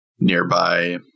nearby